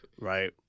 right